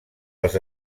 els